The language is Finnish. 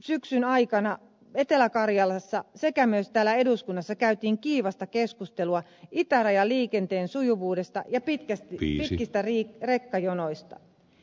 alkusyksyn aikana etelä karjalassa sekä myös täällä eduskunnassa käytiin kiivasta keskustelua itärajan liikenteen sujuvuudesta ja pitkistä rekkajonoista